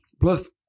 Plus